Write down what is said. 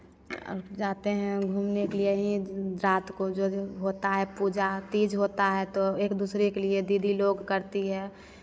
अब जाते हैं घूमने के लिए रात को जो होता है पूजा तीज होता है तो एक दूसरे के लिए दीदी लोग करती है